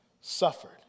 suffered